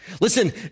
Listen